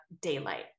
daylight